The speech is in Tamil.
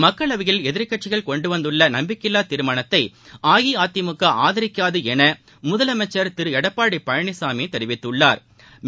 மக்களவையில் எதிர்க்கட்சிகள் கொண்டு வந்துள்ள நம்பிக்கையில்லா தீர்மானத்தை அஇஅதிமுக ஆதரிக்காது என முதலமைச்சா் திரு எடப்பாடி பழனிசாமி தெரிவித்துள்ளாா்